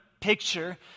picture